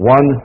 One